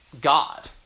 God